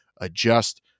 adjust